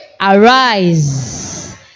arise